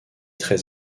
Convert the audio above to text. très